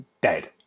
dead